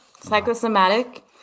psychosomatic